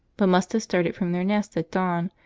but must have started from their nest at dawn,